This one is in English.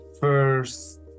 first